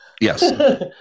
Yes